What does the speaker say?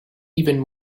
even